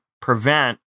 Prevent